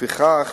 ולפיכך